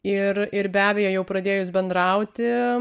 ir ir be abejo jau pradėjus bendrauti